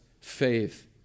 faith